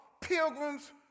Pilgrim's